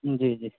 جی جی